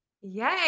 Yay